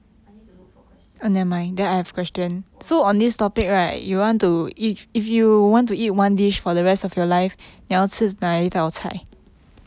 I need to look for question !whoa!